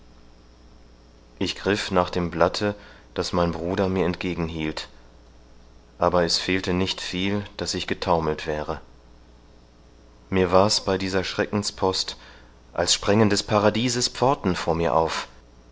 ich griff nach dem blatte das mein bruder mir entgegenhielt aber es fehlte nicht viel daß ich getaumelt wäre mir war's bei dieser schreckenspost als sprängen des paradieses pforten vor mir auf